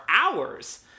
hours